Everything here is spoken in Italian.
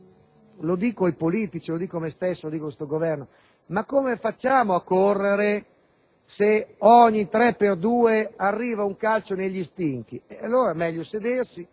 ma dico ai politici, a me stesso, a questo Governo: come facciamo a correre se ogni tre per due arriva un calcio negli stinchi? Allora è meglio sedersi,